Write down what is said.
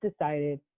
decided